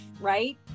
right